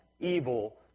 evil